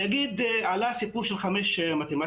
אני אגיד, עלה הסיפור של חמש מתמטיקה,